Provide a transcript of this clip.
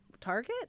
Target